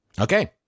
Okay